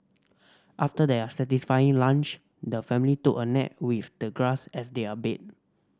after their satisfying lunch the family took a nap with the grass as their bed